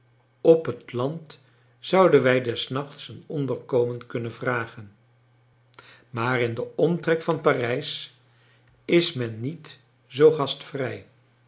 op het land zouden wij des nachts een onderkomen kunnen vragen maar in den omtrek van parijs is men niet zoo gastvrij